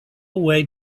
way